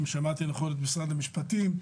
אם שמעתי נכון את משרד המשפטים,